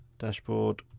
dashboard.